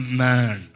man